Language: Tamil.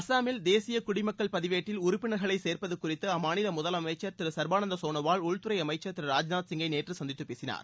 அசாமில் தேசிய குடிமக்கள் பதிவேட்டில் உறுப்பினா்களை சே்ப்பதுக்குறித்து அம்மாநில முதலமைச்சர் திரு சர்பானந்த சோனோவால் உள்துறை அமைச்சர் திரு ராஜ்நாத் சிங்கை நேற்று சந்தித்து பேசினார்